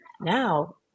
now